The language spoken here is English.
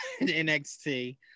NXT